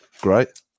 Great